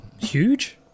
Huge